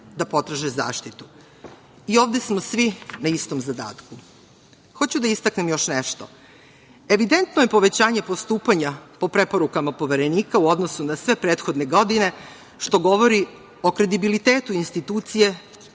da potraže zaštitu. Ovde smo svi na istom zadatku. Hoću da istaknem još nešto. Evidentno je povećanje postupanja po preporukama Poverenika u odnosu na sve prethodne godine, što govori o kredibilitetu institucije